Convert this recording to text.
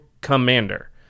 Commander